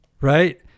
right